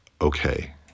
okay